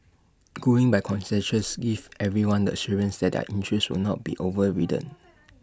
going by consensus gives everyone the assurance that their interests will not be overridden